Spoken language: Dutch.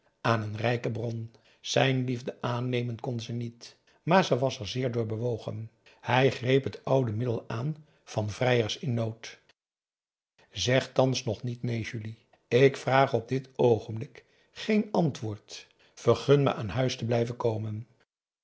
aan een rijke bron zijn liefde aannemen kon ze niet maar ze was er zeer door bewogen hij greep het oude middel aan van vrijers in nood zeg thans nog niet neen julie ik vraag op dit oogenblik geen antwoord vergun me aan huis te blijven komen